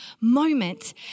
moment